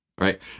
Right